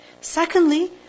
Secondly